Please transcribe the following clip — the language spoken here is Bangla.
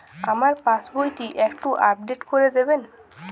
আমার পাসবই টি একটু আপডেট করে দেবেন?